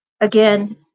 Again